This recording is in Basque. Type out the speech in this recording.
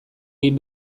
egin